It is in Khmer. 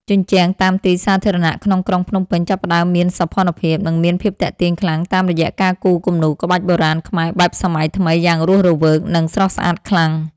ជញ្ជាំងតាមទីសាធារណៈក្នុងក្រុងភ្នំពេញចាប់ផ្ដើមមានសោភ័ណភាព និងមានភាពទាក់ទាញខ្លាំងតាមរយៈការគូរគំនូរក្បាច់បុរាណខ្មែរបែបសម័យថ្មីយ៉ាងរស់រវើក និងស្រស់ស្អាតខ្លាំង។